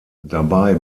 dabei